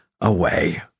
away